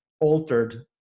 altered